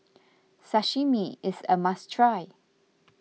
Sashimi is a must try